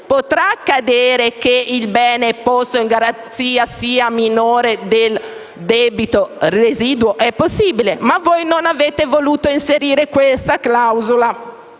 potrà accadere che il bene posto in garanzia sia minore del debito residuo? È possibile, ma voi non avete voluto inserire questa clausola,